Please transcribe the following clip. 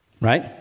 right